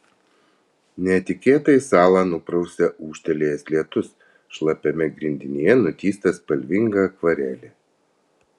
netikėtai salą nuprausia ūžtelėjęs lietus šlapiame grindinyje nutįsta spalvinga akvarelė